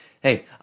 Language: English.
Hey